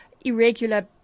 irregular